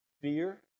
fear